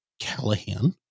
Callahan